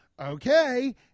okay